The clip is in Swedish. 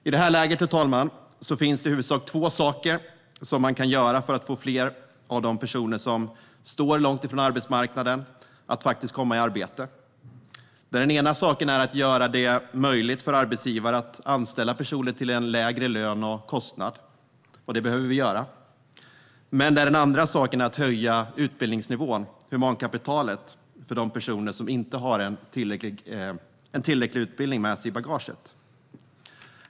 I det här läget, herr talman, finns det i huvudsak två saker som man kan göra för att få fler av de personer som står långt ifrån arbetsmarknaden att faktiskt komma i arbete. Det ena är att göra det möjligt för arbetsgivare att anställa personer till en lägre lön och kostnad, och det behöver vi göra. Det andra är att höja utbildningsnivån, humankapitalet, för de personer som inte har tillräcklig utbildning med sig i bagaget.